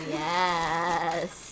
yes